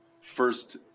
first